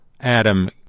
Adam